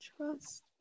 trust